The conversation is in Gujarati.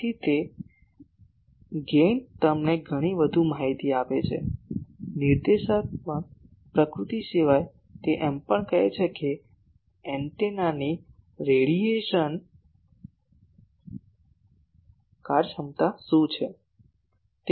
તેથી તે ગેઇન તમને ઘણી વધુ માહિતી આપે છે નિર્દેશાત્મક પ્રકૃતિ સિવાય તે એમ પણ કહે છે કે એન્ટેનાની રેડિયેશન કાર્યક્ષમતા શું છે